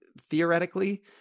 theoretically